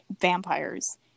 vampires